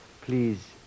Please